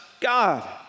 God